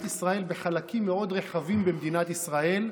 ישראל בחלקים מאוד רחבים במדינת ישראל.